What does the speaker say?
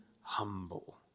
humble